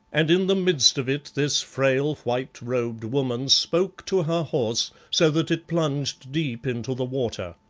and in the midst of it this frail, white-robed woman spoke to her horse, so that it plunged deep into the water.